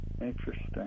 interesting